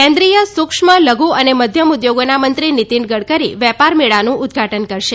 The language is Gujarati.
કેન્દ્રીય સૂક્ષ્મ લધુ અને મધ્યમ ઉદ્યોગના મંત્રી નીતિન ગડકરી વેપાર મેળાનું ઉદઘાટન કરશે